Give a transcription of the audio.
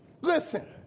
Listen